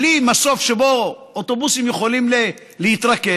בלי מסוף שבו אוטובוסים יכולים להתרכז,